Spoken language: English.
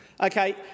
Okay